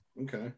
Okay